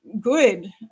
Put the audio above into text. good